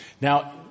Now